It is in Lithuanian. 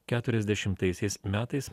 keturiasdešimtaisiais metais